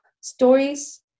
stories